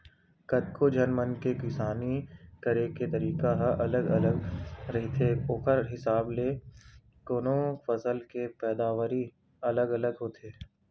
कतको झन मन के किसानी करे के तरीका ह अलगे अलगे रहिथे ओखर हिसाब ल कोनो फसल के पैदावारी अलगे अलगे होथे